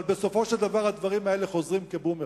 אבל בסופו של דבר הדברים האלה חוזרים כבומרנג.